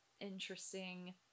Interesting